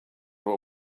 what